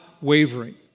wavering